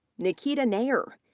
nikita nayar,